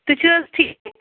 تُہۍ چھِو حظ ٹھیٖک